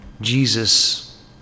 Jesus